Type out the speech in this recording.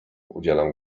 udzielam